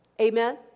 amen